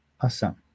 Awesome